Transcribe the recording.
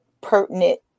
pertinent